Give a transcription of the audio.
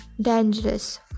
dangerous